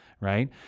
right